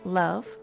love